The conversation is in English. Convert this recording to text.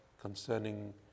concerning